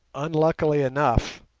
unluckily enough,